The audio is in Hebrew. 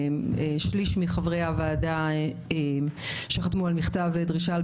שליש מחברי הוועדה חתמו על מכתב דרישה על